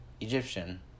Egyptian